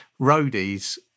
roadies